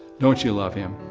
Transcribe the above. don't you love him?